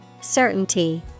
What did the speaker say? Certainty